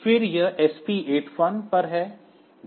फिर यह SP 81 पर है DPL 82 पर है